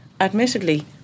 admittedly